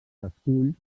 esculls